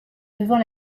devant